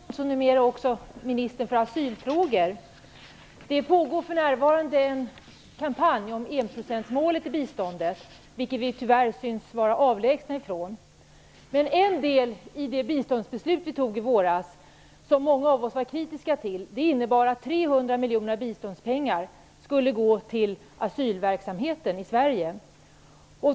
Fru talman! Jag har en fråga till biståndsministern och numera ministern för asylfrågor. Det pågår för närvarande en kampanj om enprocentsmålet i biståndet, vilket vi tyvärr verkar vara avlägsna från. En del i det biståndsbeslut vi tog i våras, och som många av oss var kritiska till, innebar att 300 miljoner kronor av biståndspengarna skulle gå till asylverksamheten i Sverige.